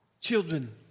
children